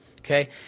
Okay